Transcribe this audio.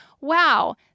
wow